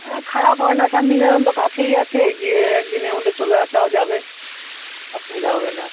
অ্যাঁ খারাপ হয় না শান্তিনিকেতন তো কাছেই আছে গিয়ে একদিনের মধ্যে চলে আসাও যাবে অসুবিধা হবে না